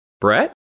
Brett